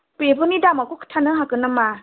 बेफोरनि दामाखौ खिथानो हागोन नामा